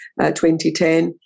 2010